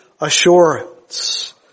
assurance